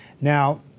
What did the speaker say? Now